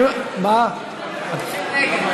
תוסיף נגד.